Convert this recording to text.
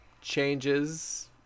changes